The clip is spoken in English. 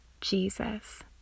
Jesus